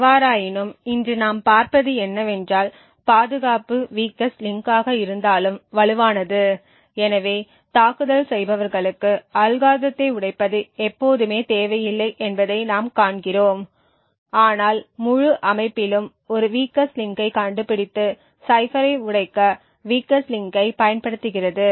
எவ்வாறாயினும் இன்று நாம் பார்ப்பது என்னவென்றால் பாதுகாப்பு வீக்கஸ்ட் லிங்க்ஆக இருந்தாலும் வலுவானது எனவே தாக்குதல் செய்பவர்களுக்கு அல்காரிதத்தை உடைப்பது எப்போதுமே தேவையில்லை என்பதை நாம் காண்கிறோம் ஆனால் முழு அமைப்பிலும் ஒரு வீக்கஸ்ட் லிங்கைக் கண்டுபிடித்து சைபரை உடைக்க வீக்கஸ்ட் லிங்கைப் பயன்படுத்துகிறது